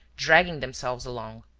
dragging themselves along.